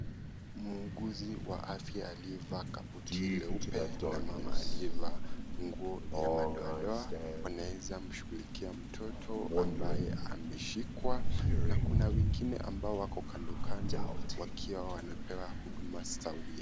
Mhuuguzi wa afya aliyevaa (CS)kabuti(CS) leupe na mama aliyevaa nguo ya madoadoa wanaeza mshugulikia mtoto ambaye amishikwa na kuna wengine ambao wako kando kando wakipewa huduma sawia.